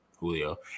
julio